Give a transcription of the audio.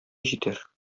җитәр